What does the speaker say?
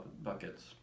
buckets